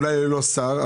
אולי ללא שר,